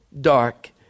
dark